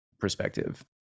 perspective